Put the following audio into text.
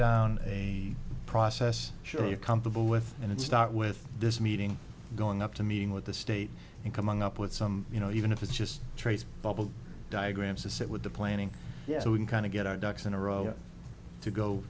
down a process sure you're comfortable with and start with this meeting going up to meeting with the state and coming up with some you know even if it's just traits bubble diagrams to sit with the planning yes so we can kind of get our ducks in a row to go